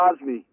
cosme